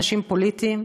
אנשים פוליטיים.